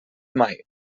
mai